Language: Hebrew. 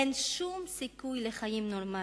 אין שום סיכוי לחיים נורמליים,